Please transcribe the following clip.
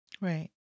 Right